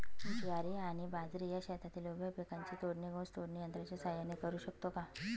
ज्वारी आणि बाजरी या शेतातील उभ्या पिकांची तोडणी ऊस तोडणी यंत्राच्या सहाय्याने करु शकतो का?